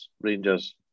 Rangers